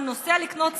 הוא נוסע לקנות סמים.